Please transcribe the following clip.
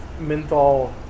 menthol